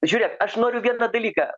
žiūrėk aš noriu vieną dalyką